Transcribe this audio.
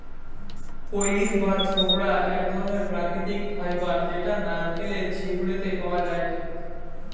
কইর বা ছোবড়া এক ধরণের প্রাকৃতিক ফাইবার যেটা নারকেলের ছিবড়ে তে পাওয়া যায়টে